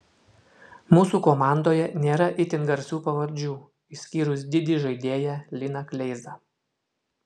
mūsų komandoje nėra itin garsių pavardžių išskyrus didį žaidėją liną kleizą